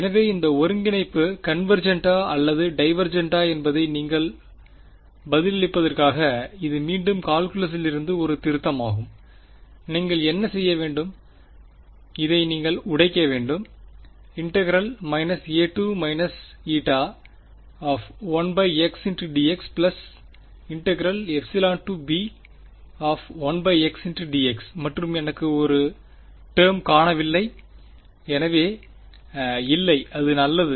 எனவே இந்த ஒருங்கிணைப்பு கன்வேர்ஜென்ட்டா அல்லது டைவேர்ஜென்ட்டா என்பதை நீங்கள் பதிலளிப்பதற்காக இது மீண்டும் கால்குலஸிலிருந்து ஒரு திருத்தம் ஆகும் நீங்கள் என்ன செய்ய வேண்டும் இதை நீங்கள் உடைக்க வேண்டும் a 1xdxb1xdx மற்றும் எனக்கு இங்கே ஒரு டேர்ம் காணவில்லை எனவே இல்லை அது நல்லது